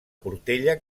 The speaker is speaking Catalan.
portella